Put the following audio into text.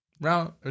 Round